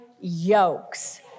yokes